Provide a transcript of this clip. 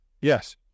Yes